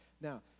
Now